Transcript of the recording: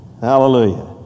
Hallelujah